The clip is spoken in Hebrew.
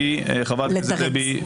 חברת הכנסת דבי,